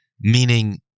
meaning